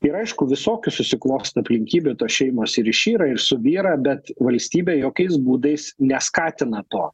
ir aišku visokių susiklosto aplinkybių tos šeimos ir išyra ir subyra bet valstybė jokiais būdais neskatina to